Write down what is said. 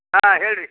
ಹಾಂ ಹೇಳಿರಿ